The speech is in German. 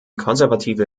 konservative